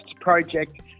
project